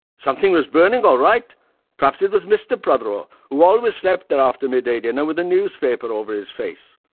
something was burning all right perhaps it was mr. prothero, who always slept there after midday dinner with a newspaper over his face.